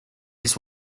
his